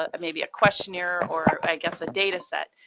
ah maybe a questionnaire or, i guess, a data set.